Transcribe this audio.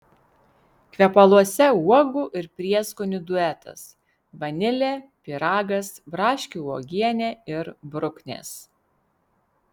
kvepaluose uogų ir prieskonių duetas vanilė pyragas braškių uogienė ir bruknės